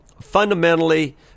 Fundamentally